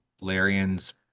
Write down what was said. Larian's